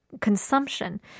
consumption